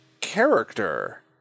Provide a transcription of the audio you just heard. character